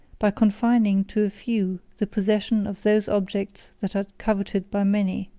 by confining to a few the possession of those objects that are coveted by many.